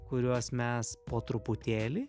kuriuos mes po truputėlį